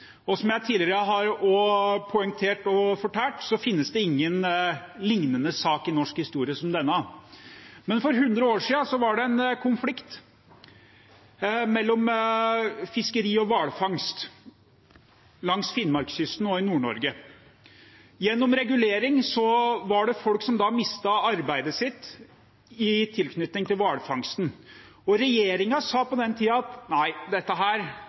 Som jeg også tidligere har poengtert og fortalt, finnes det ingen sak i norsk historie som ligner denne. Men for hundre år siden var det en konflikt mellom fiskeri og hvalfangst langs finnmarkskysten og i Nord-Norge for øvrig. Gjennom regulering var det folk som mistet arbeidet sitt i tilknytning til hvalfangsten. Regjeringen på den tiden sa nei, dette